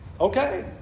Okay